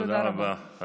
תודה רבה.